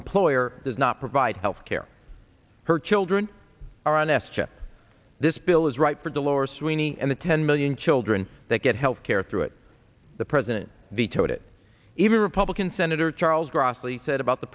employer does not provide health care her children are on s chip this bill is right for the lower sweeney and the ten million children that get health care through it the president vetoed it even republican senator charles grassley said about the